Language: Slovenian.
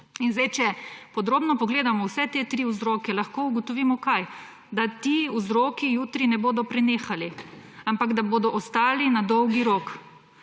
v dobavi. Če podrobno pogledamo vse te tri vzroke, lahko ugotovimo − kaj? Da ti vzroki jutri ne bodo prenehali, ampak da bodo ostali na dolgi rok.